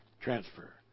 transfer